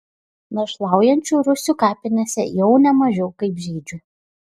našlaujančių rusių kapinėse jau ne mažiau kaip žydžių